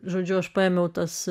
žodžiu aš paėmiau tas